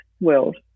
world